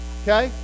okay